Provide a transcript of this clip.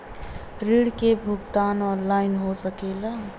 ऋण के भुगतान ऑनलाइन हो सकेला?